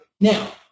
Now